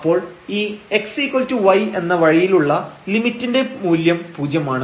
അപ്പോൾ ഈ xy എന്ന വഴിയിലുള്ള ലിമിറ്റിന്റെ മൂല്യം പൂജ്യമാണ്